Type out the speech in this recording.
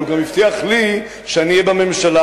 אבל הוא גם הבטיח לי שאני אהיה בממשלה,